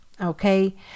Okay